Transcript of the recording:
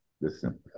Listen